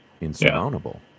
insurmountable